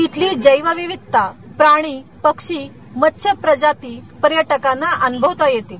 तिथली जर्मीविविधता प्राणी पक्षी मस्त्यप्रजांती पर्यटकांना अनुभवता येतील